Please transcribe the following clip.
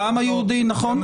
לעם היהודי, נכון.